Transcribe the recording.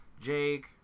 jake